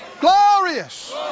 Glorious